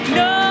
no